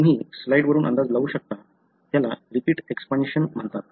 तुम्ही स्लाईड वरून अंदाज लावू शकता त्याला रिपीट एक्सपान्शन म्हणतात